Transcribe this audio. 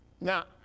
Now